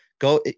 Go